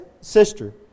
sister